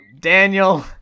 Daniel